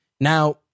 Now